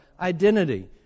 identity